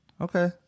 Okay